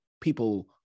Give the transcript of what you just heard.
people